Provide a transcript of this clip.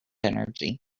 energy